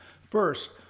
First